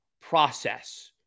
process